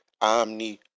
omni